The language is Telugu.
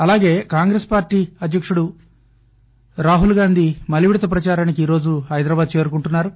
అలాగే కాంగ్రెస్పార్టీ అధ్యకుడు రాహుల్గాంధీ మలివిడత ప్రదారానికి ఈరోజు హైదరాబాద్ చేరుకుంటున్నా రు